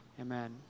Amen